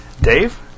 Dave